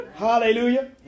Hallelujah